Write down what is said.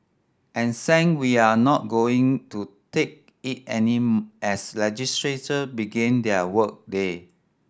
and sang we're not going to take it anymore as legislator began their work day